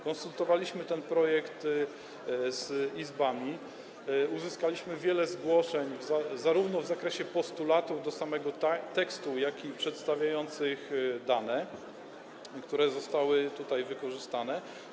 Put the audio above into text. Konsultowaliśmy ten projekt z izbami, uzyskaliśmy wiele zgłoszeń zarówno w zakresie postulatów dotyczących samego tekstu, jak i przedstawiających dane, które zostały tutaj wykorzystane.